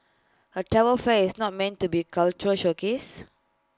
A travel fair is not meant to be cultural showcase